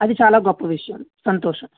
అది చాలా గొప్ప విషయం సంతోషం